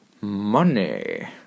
money